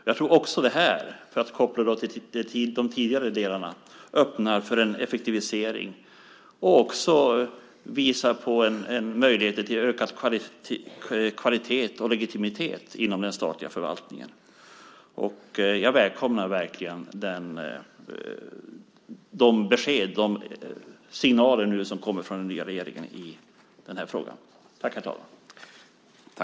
Jag tror att också detta, för att koppla det till de tidigare delarna, öppnar för en effektivisering och visar på möjligheter till ökad kvalitet och legitimitet inom den statliga förvaltningen. Jag välkomnar verkligen de besked och signaler som nu kommer från den nya regeringen i denna fråga.